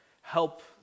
help